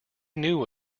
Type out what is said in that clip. knew